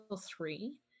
three